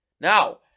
now